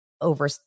over